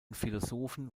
philosophen